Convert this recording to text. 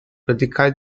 radikal